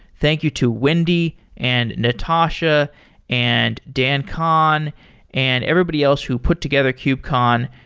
thank you to wendy and natasha and dan khan and everybody else who put together kubecon.